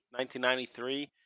1993